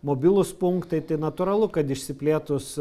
mobilūs punktai tai natūralu kad išsiplėtus